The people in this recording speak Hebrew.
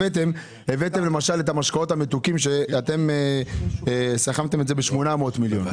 הבאתם את המשקאות המתוקים שסכמתם את זה בכ-800 מיליון,